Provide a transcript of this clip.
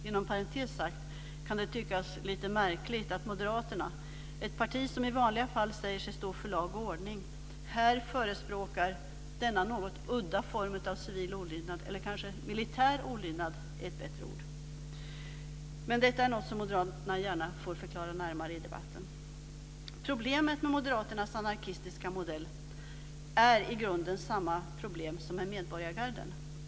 Inom parentes sagt kan det tyckas lite märkligt att Moderaterna, ett parti som i vanliga fall säger sig stå för lag och ordning, här förespråkar denna något udda typ av civil olydnad - eller kanske militär olydnad är ett bättre uttryck. Det är något som Moderaterna gärna får förklara närmare i debatten. Problemet med Moderaternas anarkistiska modell är i grunden samma problem som med medborgargarden.